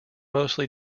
mostly